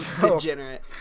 Degenerate